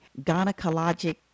gynecologic